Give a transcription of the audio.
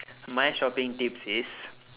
my shopping tips is